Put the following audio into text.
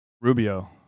Rubio